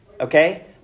Okay